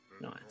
Nice